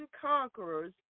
conquerors